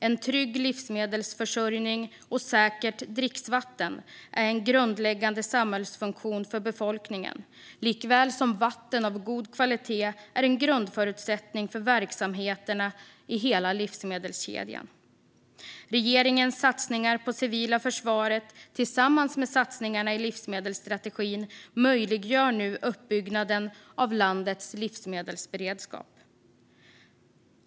En trygg livsmedelsförsörjning och säkert dricksvatten är en grundläggande samhällsfunktion för befolkningen, och likaså är vatten av god kvalitet en grundförutsättning för verksamheterna i hela livsmedelskedjan. Regeringens satsningar på det civila försvaret tillsammans med satsningarna i livsmedelsstrategin möjliggör nu uppbyggnaden av landets livsmedelsberedskap.